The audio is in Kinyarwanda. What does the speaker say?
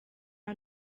iyo